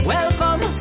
Welcome